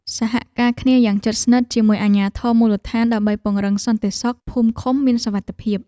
សហការគ្នាយ៉ាងជិតស្និទ្ធជាមួយអាជ្ញាធរមូលដ្ឋានដើម្បីពង្រឹងសន្តិសុខភូមិឃុំមានសុវត្ថិភាព។